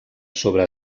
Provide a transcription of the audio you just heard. sobre